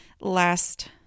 last